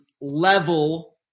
level